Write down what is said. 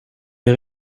les